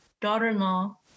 daughter-in-law